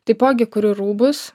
taipogi kuriu rūbus